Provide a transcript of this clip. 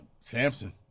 Samson